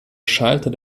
schalter